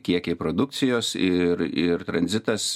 kiekiai produkcijos ir ir tranzitas